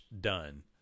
done